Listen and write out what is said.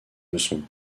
leçons